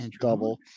double